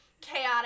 chaotic